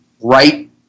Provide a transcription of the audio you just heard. right